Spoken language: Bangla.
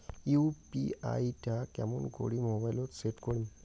ইউ.পি.আই টা কেমন করি মোবাইলত সেট করিম?